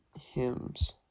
hymns